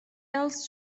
else